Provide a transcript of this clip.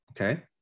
okay